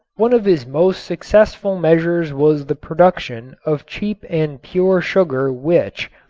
one of his most successful measures was the production of cheap and pure sugar which,